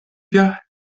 via